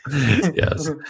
Yes